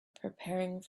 preparing